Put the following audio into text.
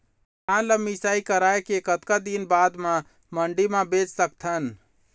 धान ला मिसाई कराए के कतक दिन बाद मा मंडी मा बेच सकथन?